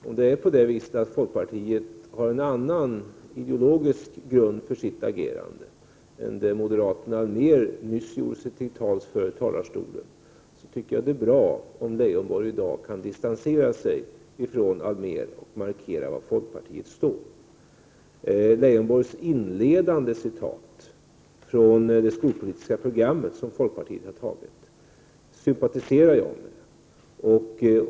Om folkpartiet har en annan ideologisk grund för sitt agerande än den moderaten Göran Allmér nyss gjort sig till tals för i talarstolen, tycker jag att det är bra om Lars Leijonborg i dag kan distansera sig från Göran Allmér och markera var folkpartiet står. Jag sympatiserar med citatet från det skolpolitiska program som folkpartiet har antagit och som Lars Leijonborg inledde med.